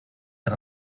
and